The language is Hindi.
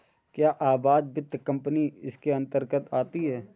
क्या आवास वित्त कंपनी इसके अन्तर्गत आती है?